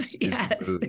Yes